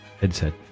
headset